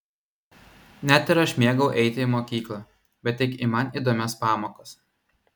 net ir aš mėgau eiti į mokyklą bet tik į man įdomias pamokas